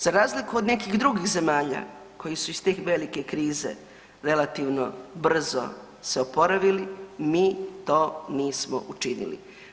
Za razliku od nekih drugih zemalja koje su iz te velike krize relativno brzo se oporavili, mi to nismo učinili.